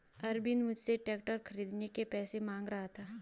अरविंद मुझसे ट्रैक्टर खरीदने के पैसे मांग रहा था